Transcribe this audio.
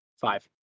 five